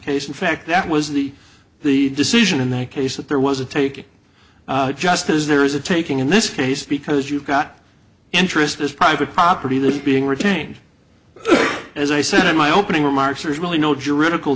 case in fact that was the the decision in that case that there was a take just as there is a taking in this case because you've got interest is private property that is being retained as i said in my opening remarks there's really no